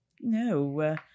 no